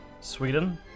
Sweden